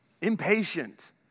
impatient